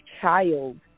child